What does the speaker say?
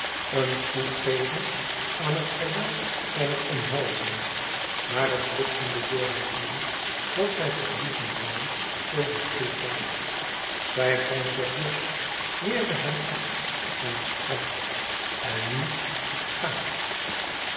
een toegeven aan het geweld zijner omhelzing maar het bliksemde door haar heen wat zij verliezen zoû zo zij toegaf zij wrong zich los weerde hem af en sprak en nu ga